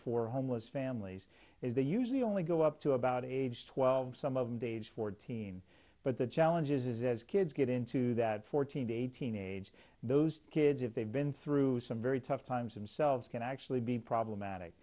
for homeless families is they usually only go up to about age twelve some of the age fourteen but the challenges as kids get into that fourteen to eighteen age those kids if they've been through some very tough times themselves can actually be problematic